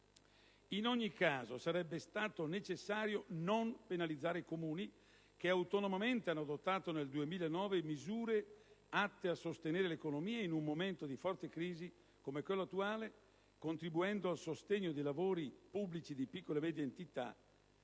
In ogni caso, sarebbe stato necessario non penalizzare i Comuni che autonomamente hanno adottato nel 2009 misure atte a sostenere l'economia in un momento di forte crisi come quello attuale, contribuendo al sostegno dei lavori pubblici di piccola e media entità;